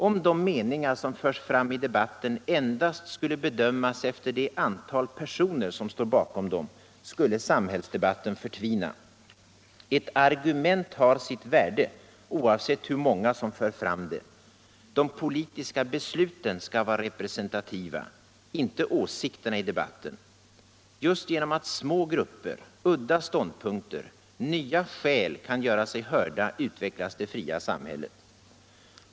Om de meningar som förs fram i debatten endast skulle bedömas efter det antal personer som står bakom dem skulle samhällsdebatten förtvina. Ett argument har sitt värde, oavsett hur många som för fram det. De politiska besluten skall vara representativa, inte åsikterna i debatten. Just genom att små grupper, udda ståndpunkter, nya skäl kan göra sig hörda utvecklas det fria samhället.